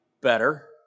better